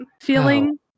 feeling